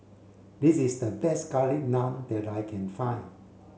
this is the best garlic naan that I can find